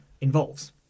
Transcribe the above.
involves